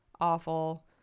awful